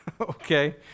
Okay